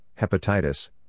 hepatitis